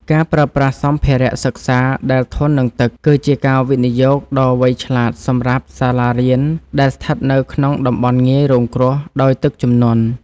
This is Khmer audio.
ការប្រើប្រាស់សម្ភារៈសិក្សាដែលធន់នឹងទឹក គឺជាការវិនិយោគដ៏វៃឆ្លាតសម្រាប់សាលារៀនដែលស្ថិតនៅក្នុងតំបន់ងាយរងគ្រោះដោយទឹកជំនន់។